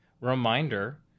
reminder